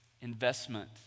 Investment